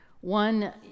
One